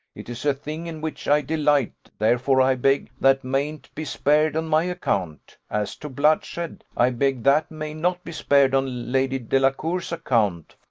it is a thing in which i delight, therefore i beg that mayn't be spared on my account as to bloodshed, i beg that may not be spared on lady delacour's account,